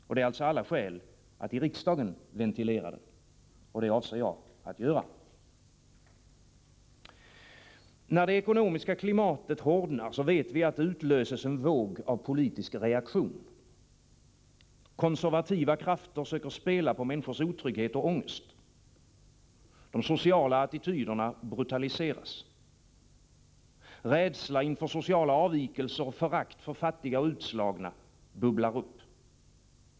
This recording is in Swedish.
Det finns alltså alla skäl att i riksdagen ventilera den, och det avser jag att göra. När det ekonomiska klimatet hårdnar vet vi att det utlöses en våg av politisk reaktion. Konservativa krafter söker spela på människors otrygghet och ångest. De sociala attityderna brutaliseras. Rädsla inför sociala avvikelser och förakt för fattiga och utslagna bubblar upp.